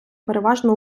переважно